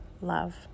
love